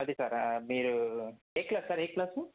అది సార్ ఆ మీరు ఏ క్లాస్ సార్ ఏ క్లాసు